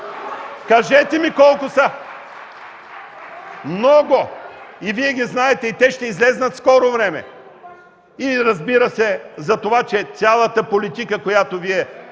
Кажете ми колко са? Много! И Вие ги знаете. И те ще излязат в скоро време и, разбира се, заради това, че цялата политика, която Вие